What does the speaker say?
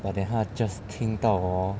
but then 他 just 听到 hor